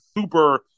super